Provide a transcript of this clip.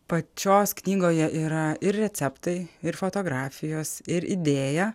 pačios knygoje yra ir receptai ir fotografijos ir idėja